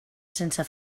sense